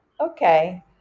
Okay